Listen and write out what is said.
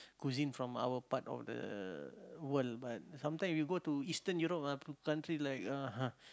cuisine from our part of the world but sometime you go to eastern Europe ah country like uh